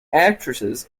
actresses